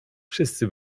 wszyscy